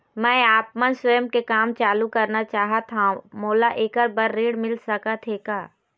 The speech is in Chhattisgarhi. मैं आपमन स्वयं के काम चालू करना चाहत हाव, मोला ऐकर बर ऋण मिल सकत हे का?